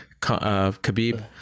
Khabib